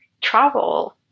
travel